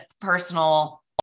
personal